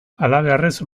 halabeharrez